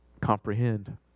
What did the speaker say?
comprehend